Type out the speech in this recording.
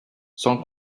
sans